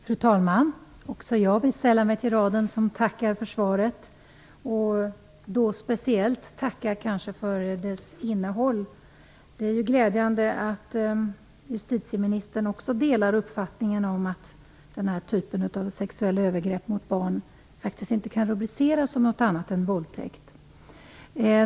Fru talman! Också jag vill sälla mig till raden av talare som tackar för svaret. Jag vill speciellt tacka för dess innehåll. Det är glädjande att också justitieministern delar uppfattningen att den här typen av sexuella övergrepp mot barn inte kan rubriceras som något annat än våldtäkt.